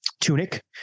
tunic